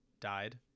died